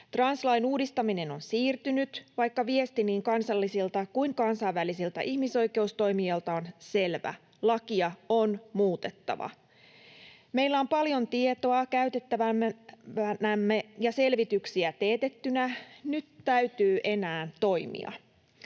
Translain uudistaminen on siirtynyt, vaikka viesti niin kansallisilta kuin kansainvälisiltä ihmisoikeustoimijoilta on selvä: lakia on muutettava. Meillä on paljon tietoa käytettävänämme ja selvityksiä teetettynä. Nyt täytyy enää toimia.